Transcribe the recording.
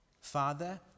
Father